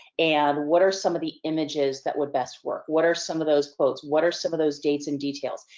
and, what are some of the images that will best work? what are some of those posts? what are some of those dates and details?